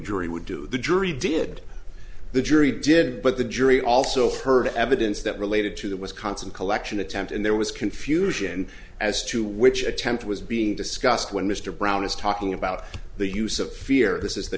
jury would do the jury did the jury did but the jury also heard evidence that related to the wisconsin collection attempt and there was confusion as to which attempt was being discussed when mr brown is talking about the use of fear this is the